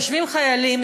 יושבים חיילים,